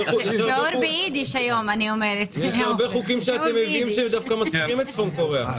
הרבה חוקים שאתם מביאים שדווקא מזכירים את צפון קוריאה.